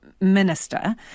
minister